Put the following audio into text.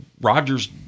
Rodgers